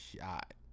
shot